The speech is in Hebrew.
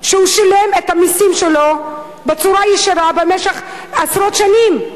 כשהוא שילם את המסים שלו בצורה ישירה במשך עשרות שנים?